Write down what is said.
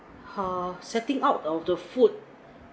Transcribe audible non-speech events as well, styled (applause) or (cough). (noise) setting out of the food